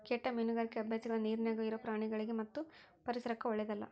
ಕೆಟ್ಟ ಮೀನುಗಾರಿಕಿ ಅಭ್ಯಾಸಗಳ ನೀರಿನ್ಯಾಗ ಇರೊ ಪ್ರಾಣಿಗಳಿಗಿ ಮತ್ತು ಪರಿಸರಕ್ಕ ಓಳ್ಳೆದಲ್ಲ